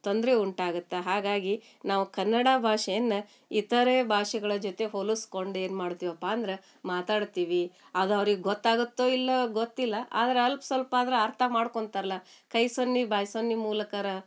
ತೊಂದರೆ ಉಂಟಾಗುತ್ತೆ ಹಾಗಾಗಿ ನಾವು ಕನ್ನಡ ಭಾಷೆಯನ್ನು ಇತರೆ ಭಾಷೆಗಳ ಜೊತೆ ಹೋಲಿಸ್ಕೊಂಡ್ ಏನು ಮಾಡ್ತೀವಪ್ಪ ಅಂದ್ರೆ ಮಾತಾಡ್ತೀವಿ ಅದು ಅವ್ರಿಗೆ ಗೊತ್ತಾಗುತ್ತೋ ಇಲ್ವೋ ಗೊತ್ತಿಲ್ಲ ಆದ್ರೆ ಅಲ್ಪ ಸ್ವಲ್ಪ ಆದ್ರೂ ಅರ್ಥ ಮಾಡ್ಕೊಂತಾರಲ್ಲ ಕೈ ಸನ್ನೆ ಬಾಯಿ ಸನ್ನೆ ಮೂಲಕಾರೂ